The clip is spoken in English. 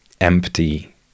empty